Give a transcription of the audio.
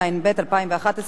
לא עברה את הקריאה הטרומית.